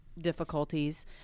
difficulties